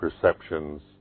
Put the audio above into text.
perceptions